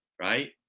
right